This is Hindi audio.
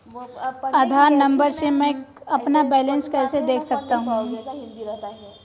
आधार नंबर से मैं अपना बैलेंस कैसे देख सकता हूँ?